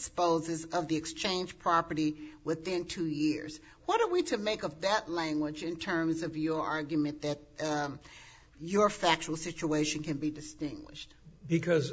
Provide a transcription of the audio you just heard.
disposes of the exchange property within two years what are we to make of that language in terms of your argument that your factual situation can be distinguished because